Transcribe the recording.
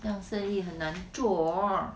这样生意很难做 orh